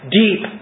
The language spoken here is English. deep